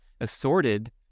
assorted